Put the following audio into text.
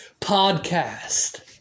Podcast